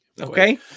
Okay